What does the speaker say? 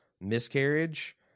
miscarriage